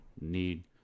need